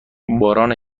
باران